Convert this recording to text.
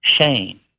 shame